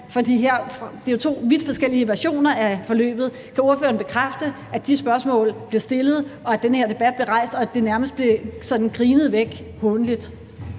fordi der jo er to vidt forskellige versioner af forløbet – om ordføreren kan bekræfte, at de spørgsmål blev stillet, og at den her debat blev rejst, og at det nærmest blev grinet hånligt